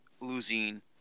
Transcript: losing